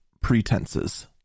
pretenses